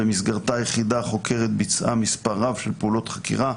במסגרתה היחידה החוקרת ביצעה מספר רב של פעולות חקירה,